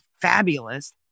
fabulous